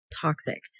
Toxic